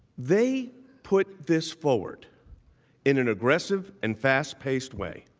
they put this forward in an aggressive and fast-paced way.